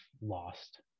lost